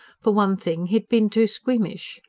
for one thing, he had been too squeamish.